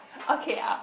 okay I